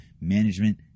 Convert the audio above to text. Management